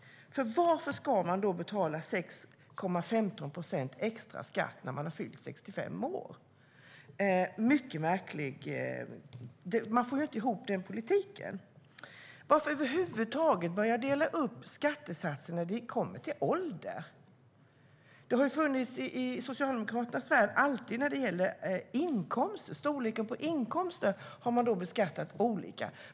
Varför ska människor betala 6,15 procent extra skatt när de har fyllt 65 år? Det är mycket märkligt. Det går inte att få ihop den politiken. Varför ska man över huvud taget dela upp skattesatser när det kommer till ålder? Det har i Socialdemokraternas värld alltid varit så att man har beskattat storleken på inkomster olika.